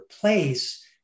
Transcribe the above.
place